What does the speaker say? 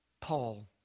Paul